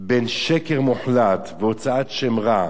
כשיש שקר מוחלט והוצאת שם רע